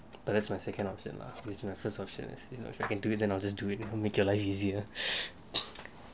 but as my second option lah if it's my first option just do it to make my life easier